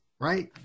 right